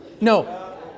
No